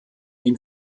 ihn